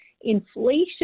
Inflation